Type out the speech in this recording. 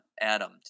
Adam